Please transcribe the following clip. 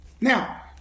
Now